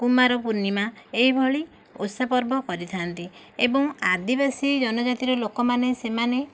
କୁମାର ପୂର୍ଣ୍ଣିମା ଏହିଭଳି ଓଷା ପର୍ବ କରିଥାନ୍ତି ଏବଂ ଆଦିବାସୀ ଜନଜାତିର ଲୋକମାନେ ସେମାନେ